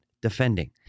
Defending